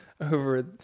over